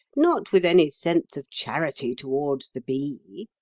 not with any sense of charity towards the bee.